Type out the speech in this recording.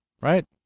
right